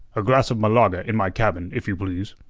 a glass of malaga in my cabin, if you please,